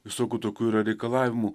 visokių tokių yra reikalavimų